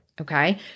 Okay